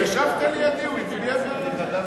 מה לעשות?